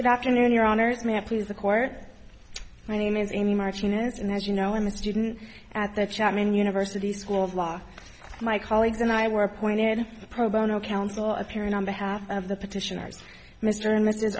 good afternoon your honour's may have to use the court my name is amy marching as in as you know i'm a student at the chapman university school of law my colleagues and i were appointed pro bono counsel appearing on behalf of the petitioners mr and mrs